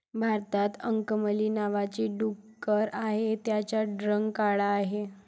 भारतात अंकमली नावाची डुकरं आहेत, त्यांचा रंग काळा आहे